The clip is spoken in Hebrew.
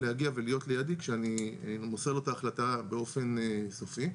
להגיע ולהיות לידי כשאני מוסר לו את ההחלטה באופן סופי.